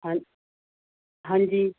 ਹਾਂ ਹਾਂਜੀ